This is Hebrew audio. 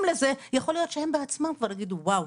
לזה יכול להיות שהם בעצמם כבר יגידו וואו,